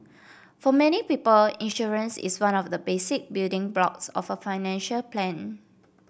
for many people insurance is one of the basic building blocks of a financial plan